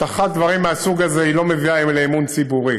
הטחת דברים מהסוג הזה לא מביאה לאמון ציבורי.